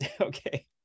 Okay